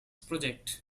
project